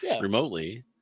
remotely